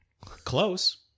close